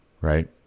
right